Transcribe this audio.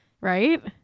right